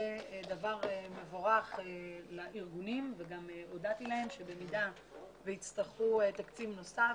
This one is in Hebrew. דבר מבורך לארגונים וגם הודעתי להם שבמידה שיצטרכו תקציב נוסף,